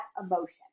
emotion